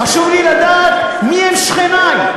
חשוב לי לדעת מי הם שכני.